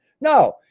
No